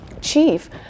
chief